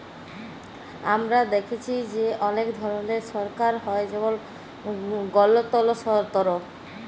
আমরা দ্যাখেচি যে অলেক ধরলের সরকার হ্যয় যেমল গলতলতর